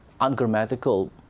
ungrammatical